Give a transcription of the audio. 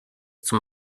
zum